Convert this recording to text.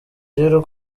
rero